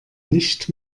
nicht